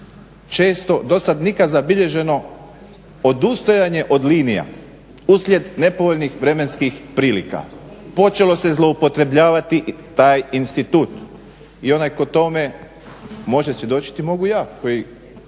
često, do sada nikad zabilježeno odustajanje od linija uslijed nepovoljnih vremenskih prilika. Počelo se zloupotrebljavati taj institut i onaj tko tome može svjedočiti, mogu ja jer